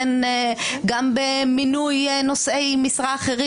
גם במינוי נושאי משרה אחרים.